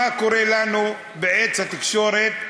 מה קורה לנו בעץ התקשורת,